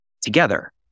together